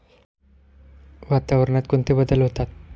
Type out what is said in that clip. वातावरणात कोणते बदल होतात?